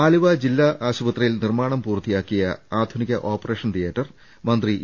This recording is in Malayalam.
ആലുവ ജില്ല ആശുപത്രിയിൽ നിർമാണം പൂർത്തിയാക്കിയ ആധു നിക ഓപ്പറേഷൻ തിയറ്റർ മന്ത്രി ഇ